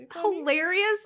hilarious